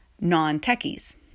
non-techies